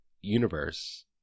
universe